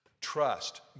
Trust